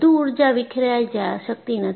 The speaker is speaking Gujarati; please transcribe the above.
વધુ ઊર્જા વિખેરાય શકાતી નથી